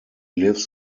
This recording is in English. lives